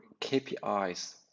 KPIs